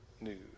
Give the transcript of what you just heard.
news